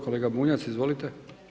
Kolega Bunjac, izvolite.